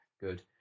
good